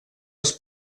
els